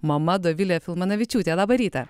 mama dovilė filmanavičiūtė labą rytą